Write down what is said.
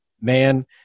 man